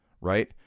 right